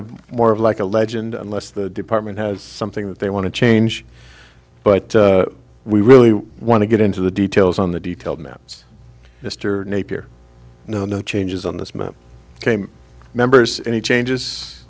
of more of like a legend unless the department has something that they want to change but we really want to get into the details on the detailed maps mr napier no no changes on this map came members any changes